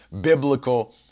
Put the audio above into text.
biblical